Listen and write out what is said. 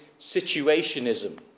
situationism